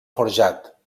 forjat